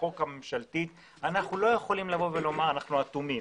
החוק הממשלתית אנחנו לא יכולים לומר שאנחנו אטומים.